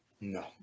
No